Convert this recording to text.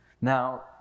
Now